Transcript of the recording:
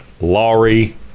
Laurie